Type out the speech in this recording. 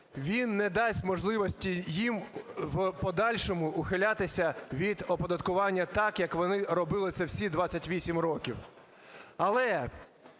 він не дасть можливості їм в подальшому ухилятися від оподаткування так, як вони робили це всі 28 років.